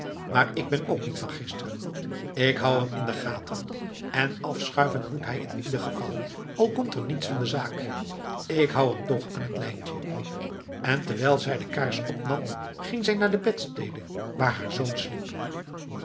maar ik ben ook niet van gisteren k hou hem in de gaten en afschuiven moet hij in ieder geval al komt er niets van de zaak k houd hem toch aan t lijntje en terwijl zij de kaars opnam ging zij naar de bedstede waar haar zoon sliep